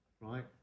right